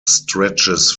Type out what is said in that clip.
stretches